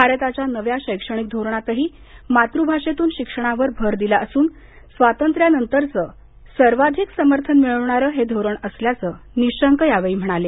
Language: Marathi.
भारताच्या नव्या शैक्षणिक धोरणातही मातृभाषेतून शिक्षणावर भर दिला असून स्वातंत्र्यानंतरचं सर्वाधिक समर्थन मिळवणारं हे धोरण असल्याचं निशंक यावेळी म्हणाले